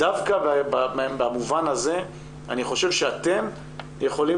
דווקא במובן הזה אני חושב שאתם יכולים